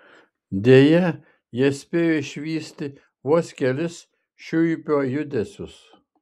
deja jie spėjo išvysti vos kelis šiuipio judesius